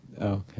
okay